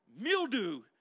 mildew